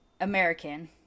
American